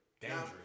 dangerous